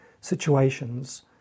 situations